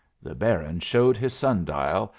the baron showed his sun-dial,